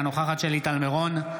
אינה נוכחת שלי טל מירון,